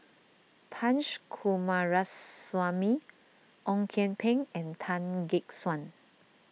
Punch Coomaraswamy Ong Kian Peng and Tan Gek Suan